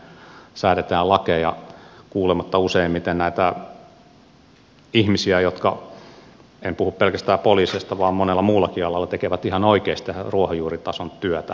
mehän säädetään lakeja kuulematta useimmiten näitä ihmisiä jotka en puhu pelkästään poliiseista vaan monella muullakin alalla tekevät ihan oikeasti tätä ruohonjuuritason työtä